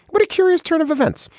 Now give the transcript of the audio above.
what a curious turn of events.